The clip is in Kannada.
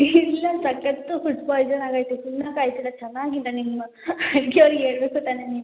ಇಲ್ಲ ಸಕತ್ತು ಫುಡ್ ಪಾಯ್ಸನ್ ಆಗೈತೆ ತಿನ್ನಕ್ಕೆ ಆಗ್ತಿಲ್ಲ ಚೆನ್ನಾಗಿಲ್ಲ ನಿಮ್ಮ ಅಡ್ಗೆಯವ್ರಿಗೆ ಹೇಳ್ಬೇಕು ತಾನೇ ನೀವು